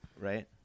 Right